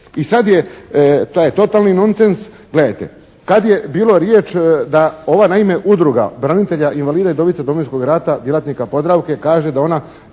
I sad je taj totalni nonsens. Gledajte, kad je bilo riječ da ova naime udruga branitelja, invalida i udovica Domovinskoga rata, djelatnika Podravke kaže da ona